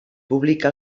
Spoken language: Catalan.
publica